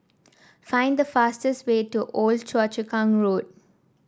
find the fastest way to Old Choa Chu Kang Road